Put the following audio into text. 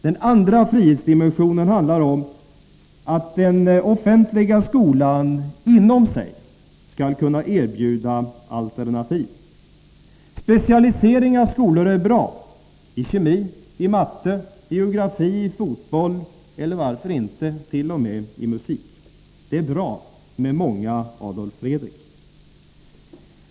Den andra frihetsdimensionen handlar om att den offentliga skolan inom sig skall kunna erbjuda alternativ. Specialisering när det gäller skolor är bra: i kemi, i matematik, i geografi, i fotboll eller varför intet.o.m. i musik. Det är bra med många Adolf Fredrik.